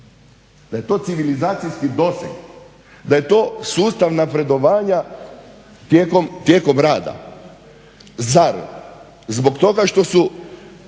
Da je to civilizacijski doseg, da je to sustav napredovanja tijekom rada. Zar zbog toga što su